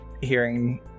hearing